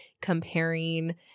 comparing